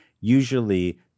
usually